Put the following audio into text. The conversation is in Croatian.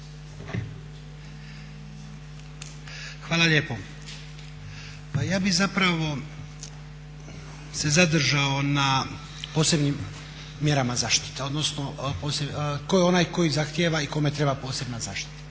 Hvala lijepo. Pa ja bih zapravo se zadržao na posebnim mjerama zaštite, odnosno tko je onaj koji zahtijeva i kome treba posebna zaštita.